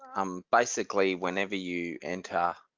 um basically whenever you enter